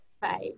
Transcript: Bye